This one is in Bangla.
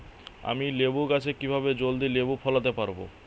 আমি লেবু গাছে কিভাবে জলদি লেবু ফলাতে পরাবো?